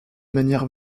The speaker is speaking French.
manière